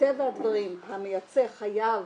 מטבע הדברים המייצא חייב